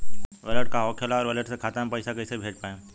Wallet का होखेला और वैलेट से खाता मे पईसा कइसे भेज पाएम?